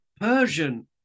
Persian